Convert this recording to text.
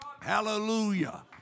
Hallelujah